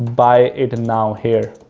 buy it now, here,